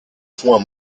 fonds